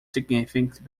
significant